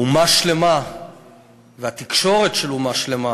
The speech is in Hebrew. אומה שלמה והתקשורת של אומה שלמה